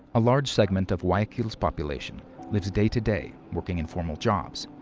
a large segment of guayaquil's population lives day to day, working informal jobs.